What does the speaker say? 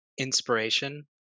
inspiration